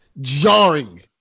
jarring